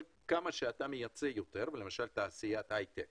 כמה שאתה מייצא יותר, למשל תעשיית ההיטק